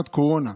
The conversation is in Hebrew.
שנת קורונה.